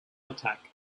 attack